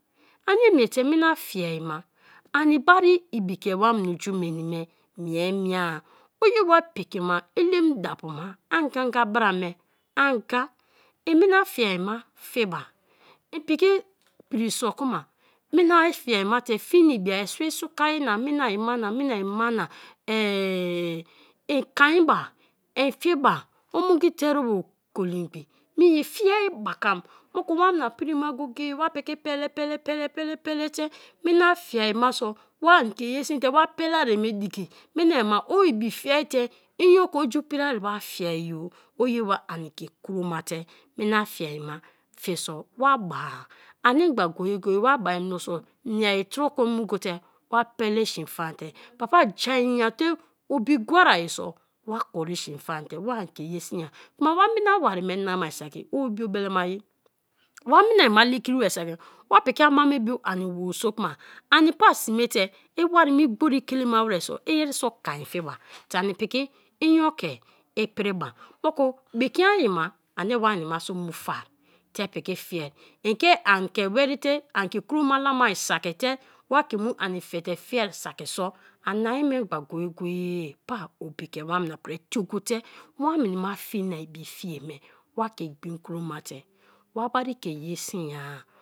Ani mie te minai fiai ma ani bari ibike wana oju mime me mie mieai, oye wa piki ma elem dapu ma anga gan bra me anga, iminai fiai ma fie ba in piki prie so kuma mina fiai ma te fie ni biai si so kai na minai ma na i kan ba ifiba, omongite erebo kologbe; me fiai bakami mo ku wana prie ma go- go-e wa piki pele pele pele pele pele te mina fie ma so waike ye sin te wa pele-a me diki minai ma oibi fiai te inyo ke oju priai be fiai o; oye wa an ke kro ma te minai fiai ma fi so wa ba-a, ani gba go- go-e wa baa mioso mie troko ke emi gote wa pele sin faan te, papa ja inya te obi gwai so wa kori sin faan te, wa ike yesiai; kuma wa mina wari me nama saki o biobele ma ye wa minai ma le kri wra saki wa piki ama bo an werso kina ani pa sme te iwari me igbori kelema wari so iyeriso kan fiba te piki inyo ke ipriba; moku bekio anyima, ani wana ma so mufa te piko fiea in ke ake werife ani kro ma lama saki te wa ke mu anife te fia saki so ani ma gba go- go-e pa obike wana pria; tie gote waniina ma fina ibi fie me wake ghei kromate wa bari ke yesiai.